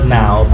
now